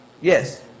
Yes